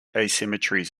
asymmetries